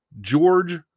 George